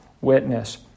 witness